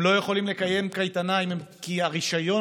הם לא יכולים לקיים קייטנה כי את הרישיון